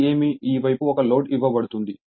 ఇది ఏమి ఈ వైపు ఒక లోడ్ ఇవ్వబడుతుంది